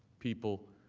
people